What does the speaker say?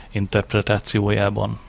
interpretációjában